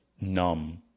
numb